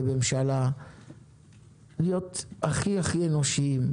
כממשלה להיות הכי אנושיים,